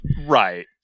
Right